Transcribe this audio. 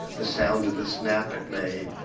the sound of the snap it made.